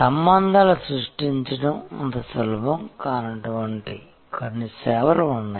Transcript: సంబంధాలు సృష్టించడం అంత సులభం కానటువంటి కొన్ని సేవలు ఉన్నాయి